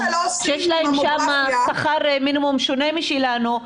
שיש להם שכר מינימום שונה משלנו,